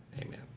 Amen